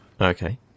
Okay